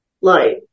light